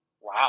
Wow